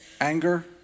anger